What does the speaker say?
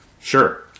Sure